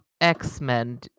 X-Men